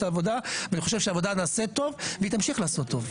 העבודה ואני חושב שהעבודה נעשית טוב והיא תמשיך להיעשות טוב.